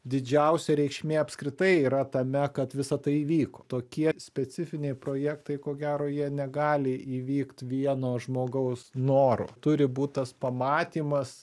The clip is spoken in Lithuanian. didžiausia reikšmė apskritai yra tame kad visa tai įvyko tokie specifiniai projektai ko gero jie negali įvykt vieno žmogaus noru turi būt tas pamatymas